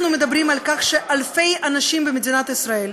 אנחנו מדברים על כך שאלפי אנשים במדינת ישראל,